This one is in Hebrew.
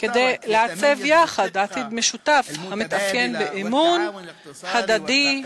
כדי לעצב יחד עתיד משותף המתאפיין באמון הדדי,